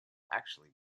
actually